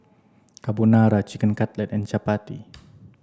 Carbonara Chicken Cutlet and Chapati